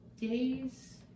days